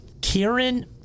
Karen